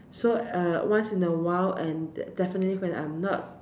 so uh once in a while and definitely when I'm not